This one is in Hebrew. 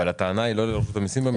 אבל הטענה היא לא לרשות המיסים,